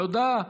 תודה.